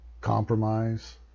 compromise